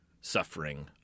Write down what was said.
suffering